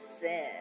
sin